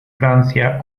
francia